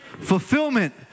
Fulfillment